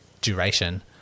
duration